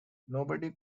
nobody